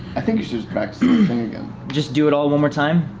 i think you should just do it all one more time.